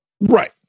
Right